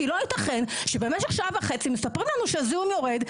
כי לא ייתכן שבמשך שעה וחצי מספרים לנו שהזיהום יורד.